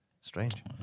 Strange